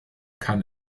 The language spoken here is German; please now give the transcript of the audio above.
kann